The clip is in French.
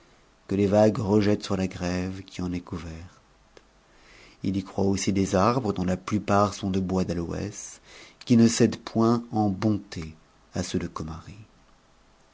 que les vagues rejettent sur la grève qui en est couverte il y croît aussi des arbres dont la plupart sont de bois d'aloès qui ne cèdent point en bonté à ceux de